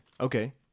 Okay